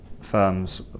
firms